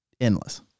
endless